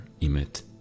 emit